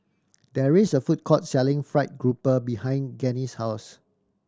there is a food court selling fried grouper behind Gennie's house